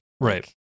right